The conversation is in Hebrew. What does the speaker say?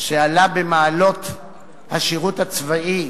שעלה במעלות השירות הצבאי,